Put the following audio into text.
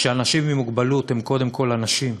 שאנשים עם מוגבלות הם קודם כול אנשים,